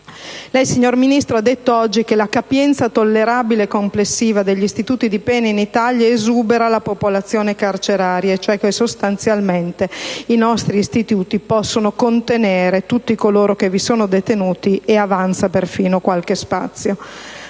Lei, signor Ministro, ha detto oggi che la capienza tollerabile complessiva degli istituti di pena in Italia esubera la popolazione carceraria, cioè che, sostanzialmente, i nostri istituti possono contenere tutti coloro che vi sono detenuti e che avanza perfino qualche spazio.